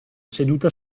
seduta